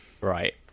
Right